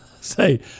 say –